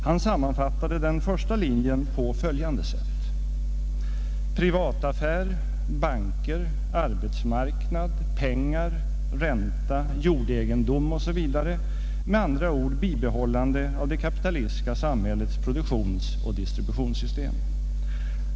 Han sammanfattade den första linjen på följande sätt: ”privataffär, banker, arbetsmarknad, pengar, ränta, jordegendom osv., med andra ord: bibehållande av det kapitalistiska samhällets produktionsoch distributionssystem”.